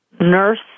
nurse